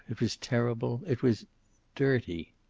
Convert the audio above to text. it was terrible. it was dirty.